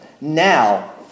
Now